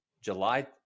July